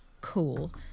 cool